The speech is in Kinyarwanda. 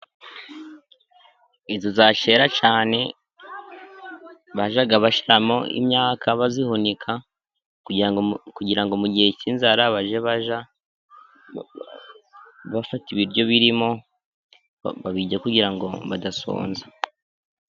Inzu za kera cyane bajyaga bashyiramo imyaka bayihunika, kugira ngo mu gihe cy'inzara bajye bajya bafata ibiryo birimo ,babirye kugira ngo badasonza